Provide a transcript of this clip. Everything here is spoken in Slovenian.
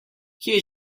kje